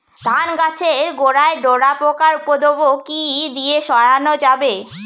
ধান গাছের গোড়ায় ডোরা পোকার উপদ্রব কি দিয়ে সারানো যাবে?